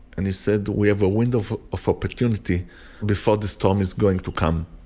and he said, we have a window of of opportunity before the storm is going to come.